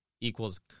equals